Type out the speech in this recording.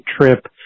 trip